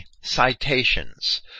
citations